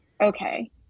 Okay